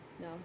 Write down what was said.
no